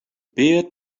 beer